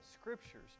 scriptures